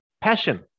passion